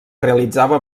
realitzava